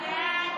הודעת